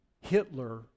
Hitler